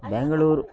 Bangalore